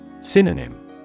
Synonym